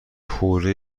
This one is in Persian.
پوره